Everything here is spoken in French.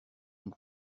une